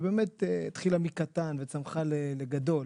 שבאמת התחילה מקטן וצמחה לגדול,